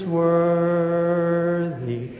worthy